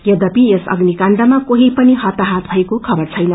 यघपि यस अभ्निकाण्डमा कोषी पनिहताहत भएको खबर छैन